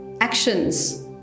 actions